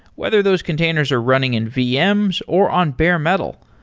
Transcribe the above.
whether those containers are running in vms, or on bare metal,